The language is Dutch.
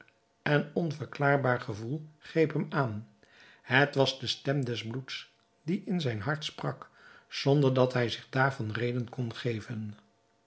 en onverklaarbaar gevoel greep hem aan het was de stem des bloeds die in zijn hart sprak zonder dat hij zich daarvan reden kon geven